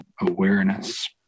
awareness